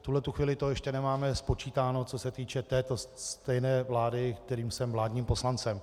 V tuto chvíli to ještě nemáme spočítáno, co se týče této stejné vlády, které jsem vládním poslancem.